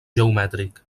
geomètric